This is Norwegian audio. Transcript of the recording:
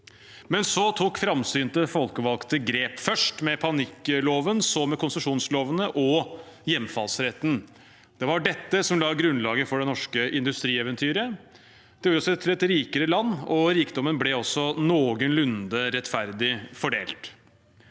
Så tok framsynte folkevalgte grep: først med panikkloven, så med konsesjonslovene og hjemfallsretten. Det var dette som la grunnlaget for det norske industrieventyret. Det gjorde oss til et rikere land, og rikdommen ble også noenlunde rettferdig fordelt.